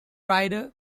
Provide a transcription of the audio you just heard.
rider